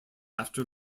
after